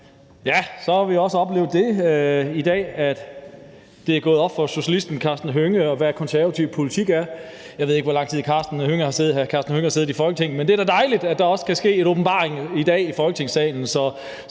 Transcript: Så har vi også oplevet det i dag, at det er gået op for socialisten Karsten Hønge, hvad konservativ politik er. Jeg ved ikke, hvor lang tid Karsten Hønge har siddet i Folketinget, men det er da dejligt, at der også i dag kan ske en åbenbaring i Folketingssalen,